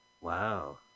Wow